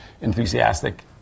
enthusiastic